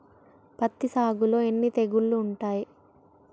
పత్తి సాగులో ఎన్ని తెగుళ్లు ఉంటాయి?